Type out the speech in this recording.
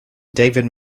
david